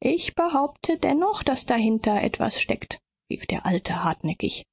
ich behaupte dennoch daß dahinter etwas steckt rief der alte hartnäckig